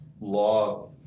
law